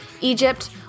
Egypt